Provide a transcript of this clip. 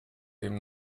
dem